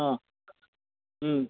অঁ